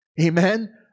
Amen